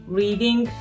reading